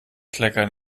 kleckern